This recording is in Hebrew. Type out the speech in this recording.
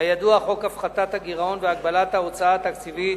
כידוע, חוק הפחתת הגירעון והגבלת ההוצאה התקציבית,